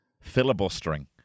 filibustering